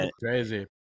Crazy